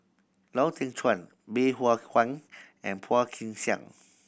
Lau Teng Chuan Bey Hua Heng and Phua Kin Siang